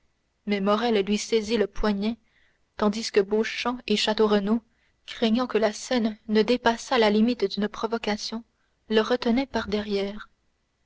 mais morrel lui saisit le poignet tandis que beauchamp et château renaud craignant que la scène ne dépassât la limite d'une provocation le retenaient par-derrière